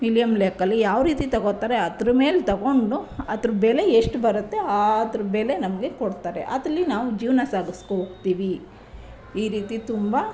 Millennium ಲೆಕ್ದಲ್ಲೋ ಯಾವ ರೀತಿ ತಗೊಳ್ತಾರೆ ಅದ್ರ ಮೇಲೆ ತಗೊಂಡು ಅದ್ರ ಬೆಲೆ ಎಷ್ಟು ಬರುತ್ತೆ ಆ ಅದ್ರ ಬೆಲೆ ನಮಗೆ ಕೊಡ್ತಾರೆ ಅದರಲ್ಲಿ ನಾವು ಜೀವನ ಸಾಗಿಸ್ಕೊಳ್ತೀವಿ ಈ ರೀತಿ ತುಂಬ